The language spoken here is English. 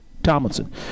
Tomlinson